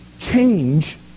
change